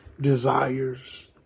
desires